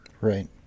Right